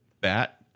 Bat